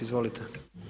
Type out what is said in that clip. Izvolite.